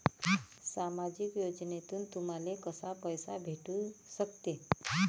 सामाजिक योजनेतून तुम्हाले कसा पैसा भेटू सकते?